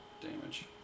damage